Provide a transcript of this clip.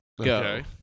Okay